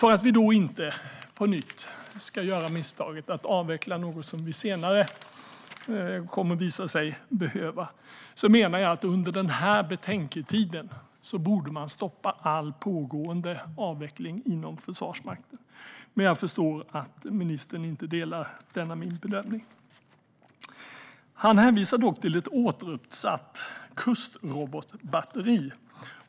För att vi då inte, på nytt, ska göra misstaget att avveckla något som det senare kommer att visa sig att vi behöver menar jag att man under den här betänketiden borde stoppa all pågående avveckling inom Försvarsmakten. Jag förstår att ministern inte delar denna min bedömning. Han hänvisar dock till ett återuppsatt kustrobotbatteri.